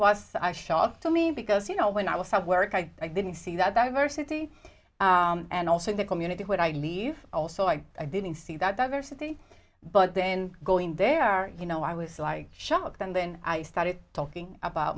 was a shock to me because you know when i was out of work i didn't see that diversity and also in the community when i leave also i didn't see that diversity but then going there you know i was like shocked and then i started talking about